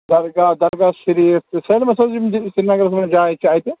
درگاہ درگاہ شریٖف سرینگَس منٛز جایہِ چھِ اَتہِ